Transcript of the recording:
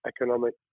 economic